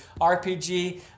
RPG